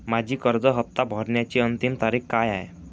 माझी कर्ज हफ्ता भरण्याची अंतिम तारीख काय आहे?